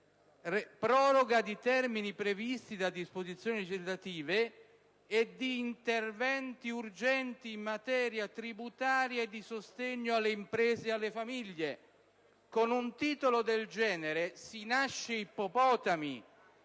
«Proroga di termini previsti da disposizioni legislative e di interventi urgenti in materia tributaria e di sostegno alle imprese e alle famiglie». Con un titolo del genere, si nasce ippopotami,